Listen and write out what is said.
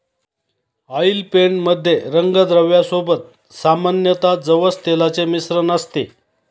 oil paint मध्ये रंगद्रव्या सोबत सामान्यतः जवस तेलाचे मिश्रण असते